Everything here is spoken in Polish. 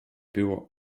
było